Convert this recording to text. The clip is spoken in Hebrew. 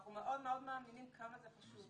ואנחנו מאוד מאוד מאמינים כמה זה חשוב.